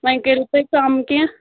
وۄنۍ کٔرِو تُہۍ کم کینہہ